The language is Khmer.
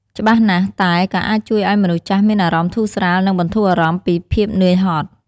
ច្បាស់ណាស់ តែក៏អាចជួយឱ្យមនុស្សចាស់មានអារម្មណ៍ធូរស្រាល និងបន្ធូរអារម្មណ៍ពីភាពនឿយហត់។